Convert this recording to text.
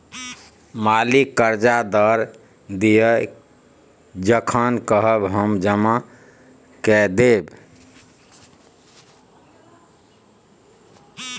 मालिक करजा दए दिअ जखन कहब हम जमा कए देब